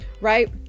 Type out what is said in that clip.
right